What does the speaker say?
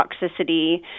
toxicity